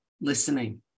listening